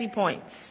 points